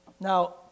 Now